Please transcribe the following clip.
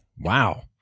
wow